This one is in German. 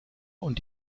und